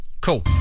cool